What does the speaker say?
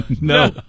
No